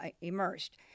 immersed